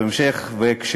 וכו' וכו',